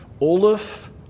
Olaf